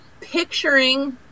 picturing